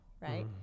right